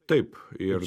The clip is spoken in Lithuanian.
taip ir